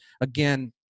again